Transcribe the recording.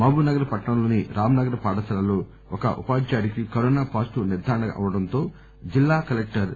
మహబూబ్నగర్ పట్టణంలోని రాం నగర్ పాఠశాలలో ఓ ఉపాధ్యాయుడికి కరోనా పాజిటివ్ నిర్గారణ అవటంతో జిల్లా కలెక్టర్ ఎస్